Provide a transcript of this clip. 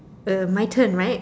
uh my turn right